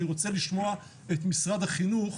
אני רוצה לשמוע את משרד החינוך.